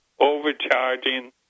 overcharging